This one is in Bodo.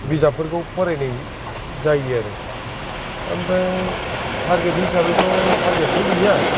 बिजाबफोरखौ फरायनाय जायो आरो ओमफ्राय थारगेथ हिसाबैथ' थारगेथथ' गैया